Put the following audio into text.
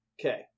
Okay